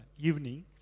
evening